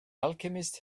alchemist